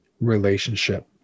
relationship